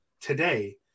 today